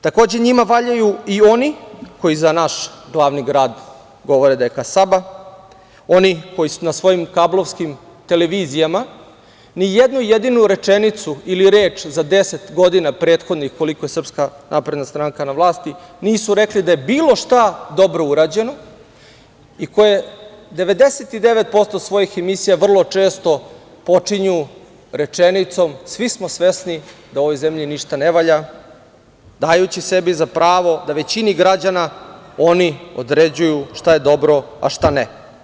Takođe, njima valjaju i oni koji za naš glavni grad govore da je kasaba, oni koji na svojim kablovskim televizijama ni jednu jedinu rečenicu ili reč za deset godina prethodnih koliko je SNS na vlasti, nisu rekli da je bilo šta dobro urađeno i koje 99% svojih emisija vrlo često počinju rečenicom – svi smo sveni da u ovoj zemlji ništa ne valja, dajući sebi za pravo da većini građana oni određuju šta je dobro, a šta ne.